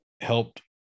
helped